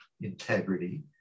integrity